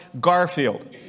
Garfield